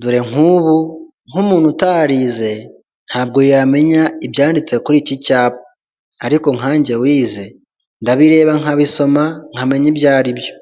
dore nku'ubu nkumuntu utarize ntabwo yamenya ibyanditse kuri iki cyapa, ariko nkanjye wize ndabireba nkabisoma nkamenya ibyo aribyo.